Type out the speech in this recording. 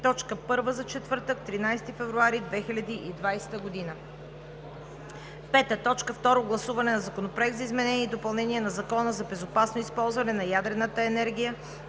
точка първа за четвъртък, 13 февруари 2020 г. 5. Второ гласуване на Законопроекта за изменение и допълнение на Закона за безопасно използване на ядрената енергия.